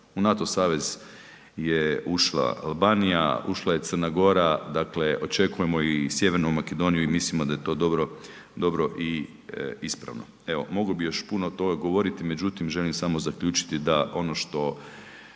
NATO savez je ušla Albanija, ušla je Crna Gora, dakle očekujemo i Sjevernu Makedoniju i mislimo da je to dobro i ispravno. Evo mogao bih još puno toga govoriti, međutim želim samo zaključiti da ono što